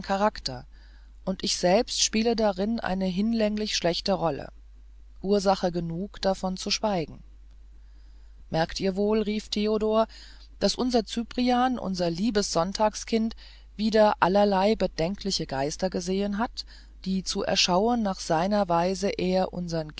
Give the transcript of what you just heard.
charakter und ich selbst spiele darin eine hinlänglich schlechte rolle ursache genug davon zu schweigen merkt ihr wohl rief theodor daß unser cyprian unser liebes sonntagskind wieder allerlei bedenkliche geister gesehen hat die zu erschauen nach seiner weise er unsern